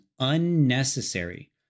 unnecessary